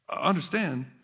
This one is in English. Understand